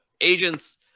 agents